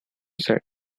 set